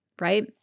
right